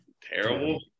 terrible